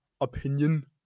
opinion